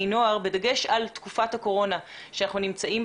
נוער בדגש על תקופת הקורונה בה אנחנו נמצאים.